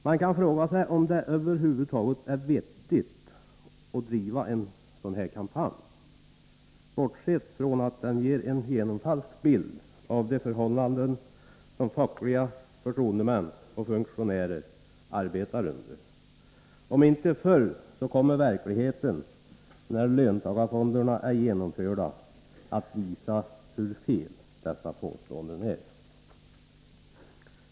Man kan fråga sig om det över huvud taget är vettigt att driva en sådan kampanj, bortsett från att den ger en genomfalsk bild av de förhållanden som fackliga förtroendemän och funktionärer arbetar under. Om inte förr, så kommer verkligheten när löntagarfonderna är genomförda att visa hur fel dessa påståenden är.